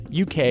UK